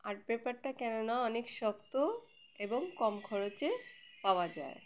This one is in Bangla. আর্ট পেপারটা কেননা অনেক শক্ত এবং কম খরচে পাওয়া যায়